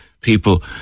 people